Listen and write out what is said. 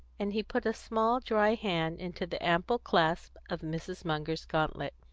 and he put a small dry hand into the ample clasp of mrs. munger's gauntlet.